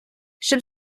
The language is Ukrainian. щоб